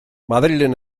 madrilen